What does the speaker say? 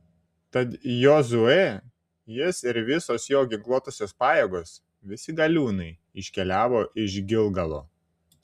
tad jozuė jis ir visos jo ginkluotosios pajėgos visi galiūnai iškeliavo iš gilgalo